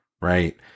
right